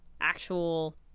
actual